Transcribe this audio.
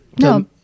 No